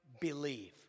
believe